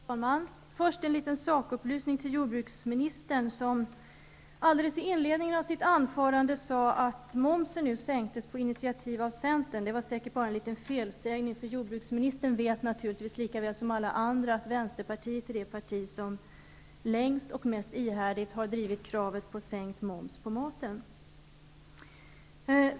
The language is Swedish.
Fru talman! Först en liten sakupplysning till jordbruksministern, som alldeles i inledningen av sitt anförande sade att momsen sänktes på initiativ av centern. Det var säkert bara en liten felsägning, för jordbruksministern vet naturligtvis lika väl som alla andra att vänsterpartiet är det parti som längst och mest ihärdigt har drivit kravet på sänkt moms på maten.